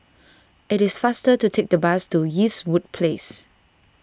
it is faster to take the bus to Eastwood Place